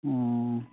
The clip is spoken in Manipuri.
ꯎꯝ